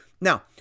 Now